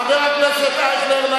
חבר הכנסת אייכלר.